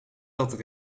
dat